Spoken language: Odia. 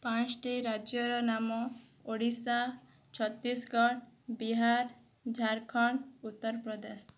ପାଞ୍ଚୋଟି ରାଜ୍ୟର ନାମ ଓଡ଼ିଶା ଛତିଶଗଡ଼ ବିହାର ଝାରଖଣ୍ଡ ଉତ୍ତରପ୍ରଦେଶ